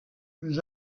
nous